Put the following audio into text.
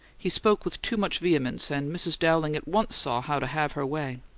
he spoke with too much vehemence, and mrs. dowling at once saw how to have her way.